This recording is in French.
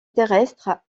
terrestre